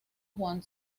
juan